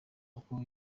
uko